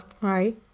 Right